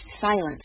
silence